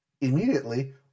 immediately